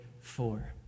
four